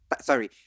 sorry